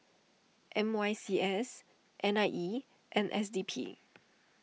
M C Y S N I E and S D P